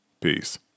Peace